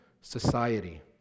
society